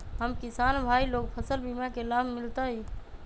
हम किसान भाई लोग फसल बीमा के लाभ मिलतई?